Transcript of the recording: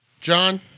John